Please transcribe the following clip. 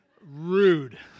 Rude